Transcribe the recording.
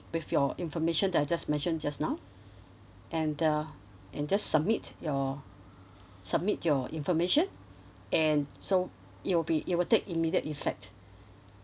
with your information I just mentioned just now and the and just submit your submit your information and so it will be it will take immediate effect